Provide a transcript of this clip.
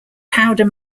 powder